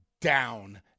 down